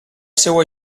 seua